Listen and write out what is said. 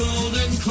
Golden